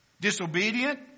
disobedient